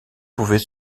pouvait